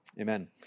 Amen